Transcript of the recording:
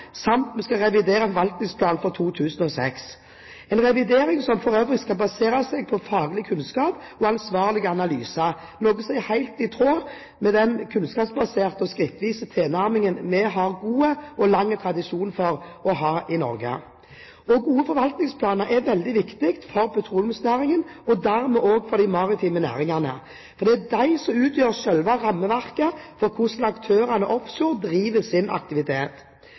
samt revidere forvaltningsplanen for 2006 – en revidering som for øvrig skal basere seg på faglig kunnskap og ansvarlige analyser, noe som er helt i tråd med den kunnskapsbaserte og skrittvise tilnærmingen vi har god og lang tradisjon for å ha i Norge. Gode forvaltningsplaner er veldig viktig for petroleumsnæringen og dermed også for de maritime næringene, for det er de som utgjør selve rammeverket for hvordan aktørene offshore driver sin aktivitet.